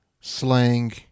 slang